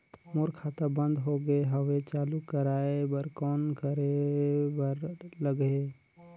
मोर खाता बंद हो गे हवय चालू कराय बर कौन करे बर लगही?